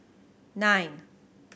nine